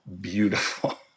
beautiful